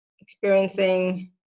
experiencing